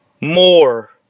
More